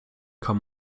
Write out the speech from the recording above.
kann